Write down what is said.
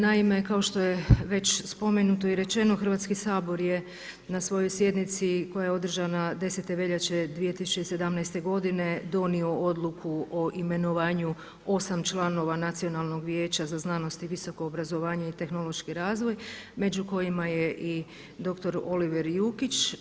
Naime, kao što je već spomenuto i rečeno Hrvatski sabor je na svojoj sjednici koja je održana 10. veljače 2017. godine donio odluku o imenovanju osam članova Nacionalnog vijeća za znanost, visoko obrazovanje i tehnološki razvoj među kojima je i dr. Oliver Jukić.